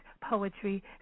poetry